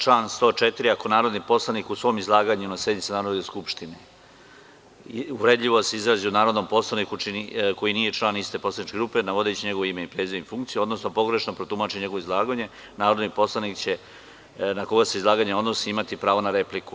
Član 104. kaže – ako narodni poslanik u svom izlaganju na sednici Narodne skupštine se uvredljivo izrazi o narodnom poslaniku koji nije član iste poslaničke grupe, navodeći njegovo ime, prezime i funkciju, odnosno pogrešno protumači njegovo izlaganje, narodni poslanik na koga se odlaganje odnosi imaće pravo na repliku.